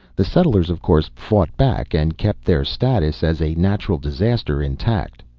the settlers, of course, fought back, and kept their status as a natural disaster intact.